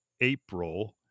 April